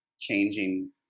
changing